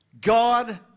God